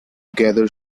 gather